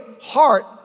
heart